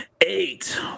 eight